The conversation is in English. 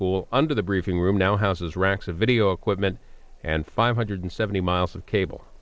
pool under the briefing room now houses racks of video equipment and five hundred seventy miles of cable